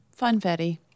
Funfetti